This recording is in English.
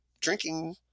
drinking